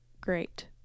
great